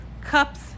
cups